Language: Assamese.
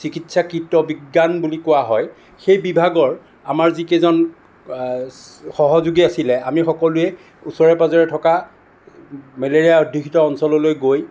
চিকিৎসা কিট বিজ্ঞান বুলি কোৱা হয় সেই বিভাগৰ আমাৰ যিকেইজন সহযোগী আছিল আমি সকলোৱে ওচৰে পাজৰে থকা মেলেৰিয়া অধ্য়ুষিত অঞ্চললৈ গৈ